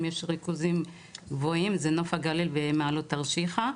יש ריכוזים גבוהים זה נוף הגליל ומעלות תרשיחא.